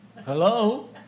hello